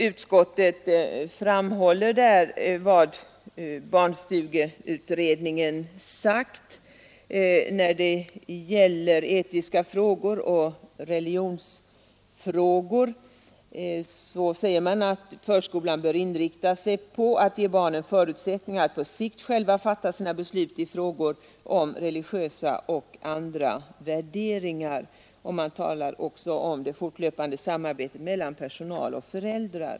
Utskottet framhåller vad barnstugeutredningen uttalat när det gäller etiska frågor och religionsfrågor och säger att vad förskolan bör inrikta sig på är att ge barnen förutsättningar att på sikt själva fatta sina beslut i frågor om religiösa och andra värderingar. Man talar också om det fortlöpande samarbetet mellan personal och föräldrar.